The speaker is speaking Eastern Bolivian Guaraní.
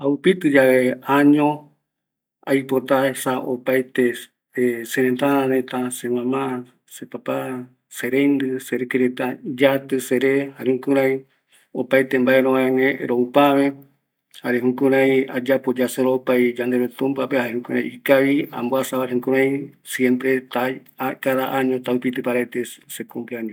Aupitɨ yave se arasa, aipotaesa, aipotaesa opaete sërëtrareta, se mama, se papa, sereindɨ, serɨkeɨ reta yatɨ sere, jukurai opaete mbae rovae gue rou pave, jare jukurai ayapo yasoropai yanderu tumpape, jukurai ikavi amboasa opa arasa rupi aupitɨ paravete ye